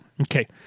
Okay